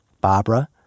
Barbara